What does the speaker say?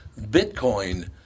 Bitcoin